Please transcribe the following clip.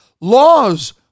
Laws